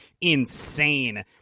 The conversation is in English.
insane